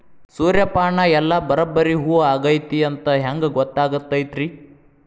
ಸೂರ್ಯಪಾನ ಎಲ್ಲ ಬರಬ್ಬರಿ ಹೂ ಆಗೈತಿ ಅಂತ ಹೆಂಗ್ ಗೊತ್ತಾಗತೈತ್ರಿ?